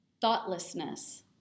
Thoughtlessness